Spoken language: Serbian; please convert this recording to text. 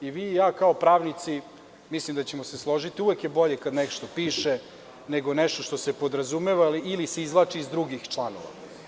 I vi i ja kao pravnici mislim da ćemo se složiti da je uvek bolje kada nešto piše nego nešto što se podrazumeva ili se izvlači iz drugih članova.